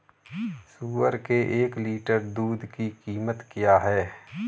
सुअर के एक लीटर दूध की कीमत क्या है?